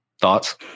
thoughts